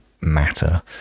matter